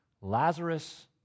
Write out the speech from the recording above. Lazarus